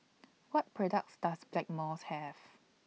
What products Does Blackmores Have